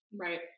Right